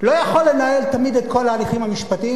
לא יכול לנהל תמיד את כל ההליכים המשפטיים,